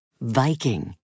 Viking